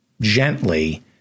gently